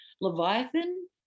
Leviathan